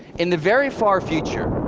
in the very far future,